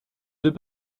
deux